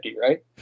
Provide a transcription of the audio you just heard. right